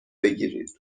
بگیرید